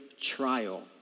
trial